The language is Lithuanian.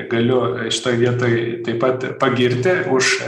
galiu šitoj vietoj taip pat pagirti už